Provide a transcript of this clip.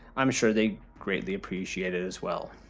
i'm sure they greatly appreciate it as well.